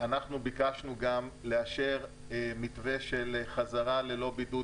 אנחנו ביקשנו גם לאשר מתווה של חזרה ללא בידוד